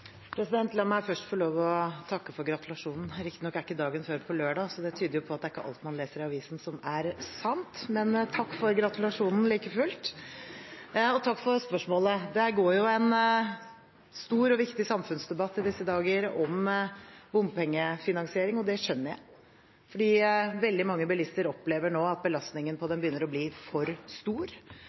La meg først få lov til å takke for gratulasjonen. Riktignok er ikke dagen før på lørdag, så det tyder på at det er ikke alt man leser i avisen som er sant – men takk for gratulasjonen like fullt, og takk for spørsmålet. Det pågår en stor og viktig samfunnsdebatt i disse dager om bompengefinansiering, og det skjønner jeg, for veldig mange bilister opplever nå at belastningen på dem begynner å bli for stor,